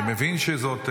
אני מבין שזאת בעיה,